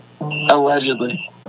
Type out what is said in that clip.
Allegedly